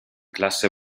classe